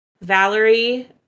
Valerie